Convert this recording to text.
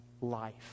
life